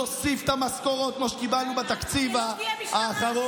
נוסיף את המשכורות כמו שקיבלנו בתקציב האחרון,